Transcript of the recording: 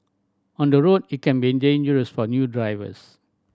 on the road it can be dangerous for new drivers